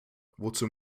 wozu